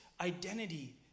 identity